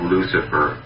Lucifer